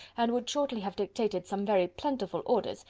and would shortly have dictated some very plentiful orders,